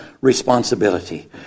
responsibility